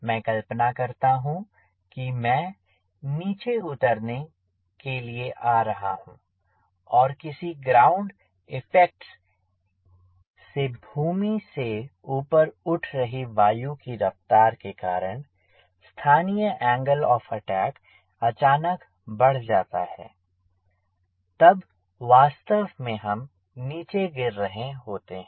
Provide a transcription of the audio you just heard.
मैं कल्पना करता हूँ कि मैं नीचे उतरने के लिए आ रहा हूँ और किसी ग्राउंड इफेक्ट्स से भूमि से ऊपर उठ रही वायु की रफ्तार के कारण स्थानीय एंगल आफ अटैक अचानक बढ़ जाता है तब वास्तव में हम नीचे गिर रहे होते हैं